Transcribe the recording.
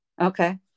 Okay